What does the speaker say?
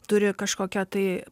turi kažkokią tai